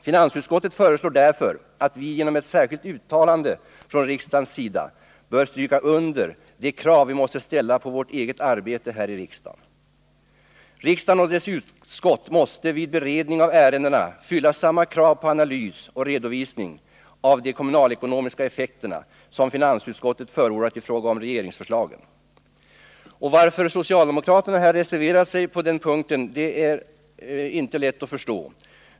Finansutskottet föreslår därför att vi, genom ett särskilt uttalande från riksdagens sida, bör stryka under det krav vi måste ställa på vårt eget arbete här i riksdagen: Riksdagen och dess utskott måste vid beredning av ärenden fylla samma krav på analys och redovisning av de kommunalekonomiska effekterna som finansutskottet förordat i fråga om regeringsförslagen. Varför socialdemokraterna reserverat sig på denna punkt är inte helt lätt att förstå.